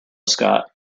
scott